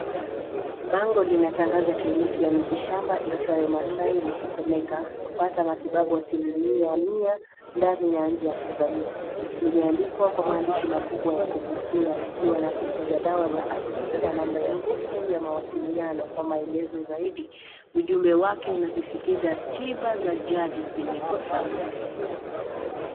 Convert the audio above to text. Bango linatangaza kliniki ya dawa za miti shamba liitwayo Maasai likisomeka pata matibabu asili mia mia ndani na nje ya Tanzania. Limeandikwa kwa maandishi makubwa ya kuvutia ,ikiwa na picha ya dawa za asili na namba ya simu za mawasiliano kwa maelezo zaidi. Ujumbe wake inasisitiza tiba za jadi zenye ufanisi.